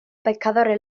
pescadores